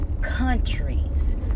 countries